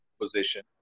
position